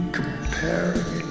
comparing